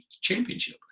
championship